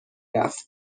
رفت